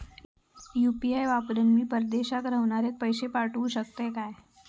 UPI वापरान मी परदेशाक रव्हनाऱ्याक पैशे पाठवु शकतय काय?